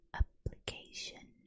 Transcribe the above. application